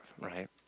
right